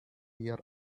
here